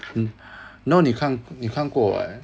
mm no 你看你看过 [what]